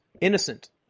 innocent